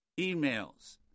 emails